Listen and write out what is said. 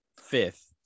fifth